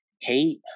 hate